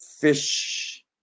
fish